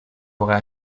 aurait